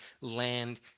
land